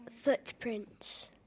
Footprints